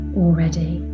already